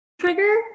trigger